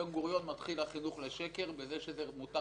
וזה מחוויה שחוויתי לפני מספר ימים,